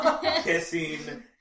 kissing